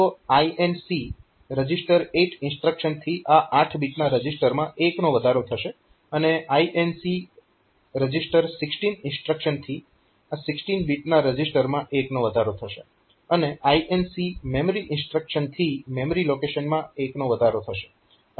તો INC reg8 ઇન્સ્ટ્રક્શનથી આ 8 બીટના રજીસ્ટરમાં 1 નો વધારો થશે અને INC reg16 ઇન્સ્ટ્રક્શનથી આ 16 બીટના રજીસ્ટરમાં 1 નો વધારો થશે અને INC mem ઇન્સ્ટ્રક્શનથી મેમરી લોકેશનમાં 1 નો વધારો થશે